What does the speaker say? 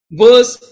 verse